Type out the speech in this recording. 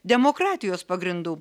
demokratijos pagrindų